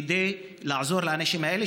כדי לעזור לאנשים האלה,